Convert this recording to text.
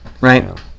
Right